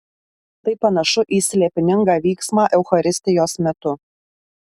tai panašu į slėpiningą vyksmą eucharistijos metu